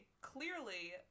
clearly